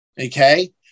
okay